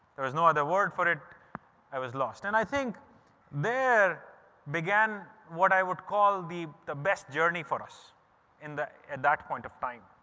there is no other words for it i was lost. and i think there began what i would call the the best journey for us and at and that point of time.